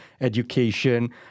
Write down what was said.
education